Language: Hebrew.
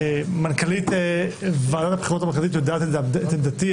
מנכ"לית ועדת הבחירות המרכזית יודעת את עמדתי,